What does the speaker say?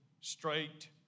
straight